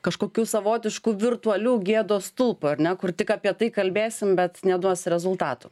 kažkokiu savotišku virtualiu gėdos stulpo ar ne kur tik apie tai kalbėsim bet neduos rezultatų